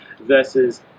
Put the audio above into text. versus